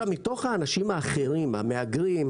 מתוך האנשים האחרים המהגרים,